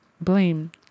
blame